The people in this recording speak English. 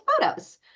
photos